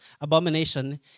Abomination